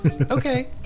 okay